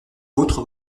votre